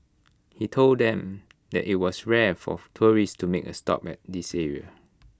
he told them that IT was rare for tourists to make A stop at this area